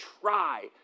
try